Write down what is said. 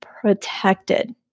protected